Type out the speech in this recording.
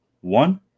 one